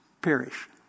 perish